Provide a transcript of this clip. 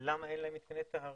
למה אין להם מתקני טהרה?